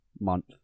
month